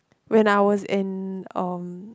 when I was in um